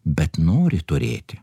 bet nori turėti